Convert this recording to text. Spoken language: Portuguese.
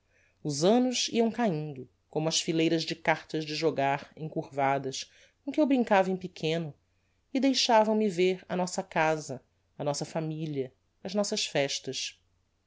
os annos iam caindo como as fileiras de cartas de jogar encurvadas com que eu brincava em pequeno e deixavam me ver a nossa casa a nossa familia as nossas festas